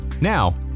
Now